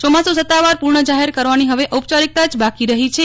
ચોમાસું સતાવાર પૂર્ણ જાહેર કરવાનો હવે ઓપચારીકતા જ બાકી રહો છે